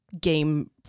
game